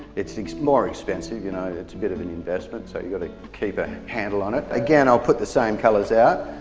its its more expensive you know, it's a bit of an investment so you got to keep a handle on it. again i'll put the same colors out,